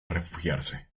refugiarse